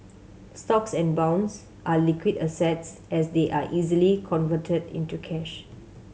stocks and bonds are liquid assets as they are easily converted into cash